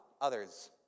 others